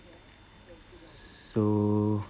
so